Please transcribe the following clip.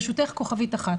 ברשותך, כוכבית אחת.